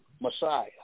Messiah